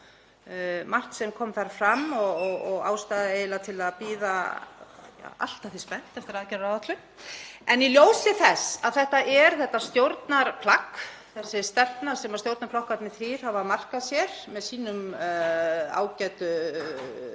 margt sem kom þar fram og ástæða eiginlega til að bíða allt að því spennt eftir aðgerðaáætlun. En í ljósi þess að þetta er þetta stjórnarplagg, þessi stefna sem stjórnarflokkarnir þrír hafa markað sér, með sínum ágætu